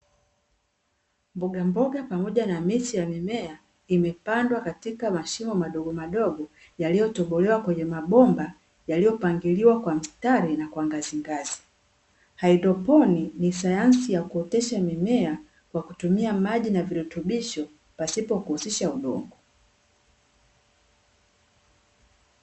Mbogamboga pamoja na miche ya mimea imepandwa katika mashimo madogo madogo yaliyotobolewa kwenye mabomba yaliyopangiliwa kwa mstari na kwa ngazi ngazi. Haidroponi ni sayansi ya kuotesha mimea kwa kutumia maji na virutubisho pasipo kuhusisha udongo.